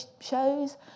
shows